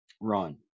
run